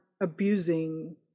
abusing